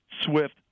swift